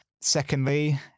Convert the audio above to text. secondly